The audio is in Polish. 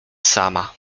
sama